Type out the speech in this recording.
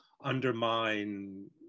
undermine